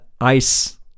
ice